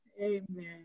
Amen